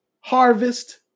harvest